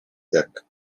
jak